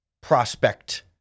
prospect